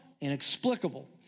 inexplicable